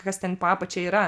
kas ten po apačia yra